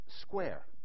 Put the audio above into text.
square